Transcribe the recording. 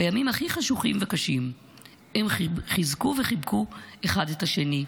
בימים הכי חשוכים וקשים הם חיזקו וחיבקו אחד את השני.